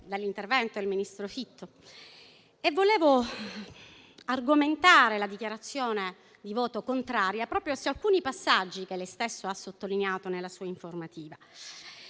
da quello del ministro Fitto e volevo dunque argomentare la dichiarazione di voto contraria proprio su alcuni passaggi che ha sottolineato nella sua informativa.